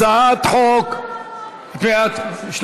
הצעת חוק, לא, לא, אדוני.